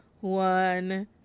One